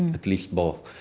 at least both.